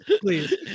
please